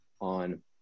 on